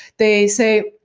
they say,